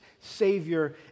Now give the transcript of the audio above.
Savior